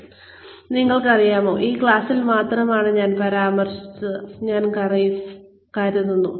അതിനാൽ നിങ്ങൾക്കറിയാമോ ഈ ക്ലാസിൽ മാത്രമാണ് ഞാൻ പരാമർശിച്ചത് എന്ന് ഞാൻ കരുതുന്നു